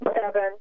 Seven